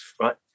right